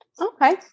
Okay